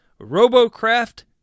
Robocraft